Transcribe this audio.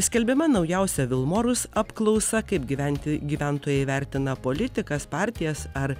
skelbiama naujausia vilmorus apklausa kaip gyventi gyventojai vertina politikas partijas ar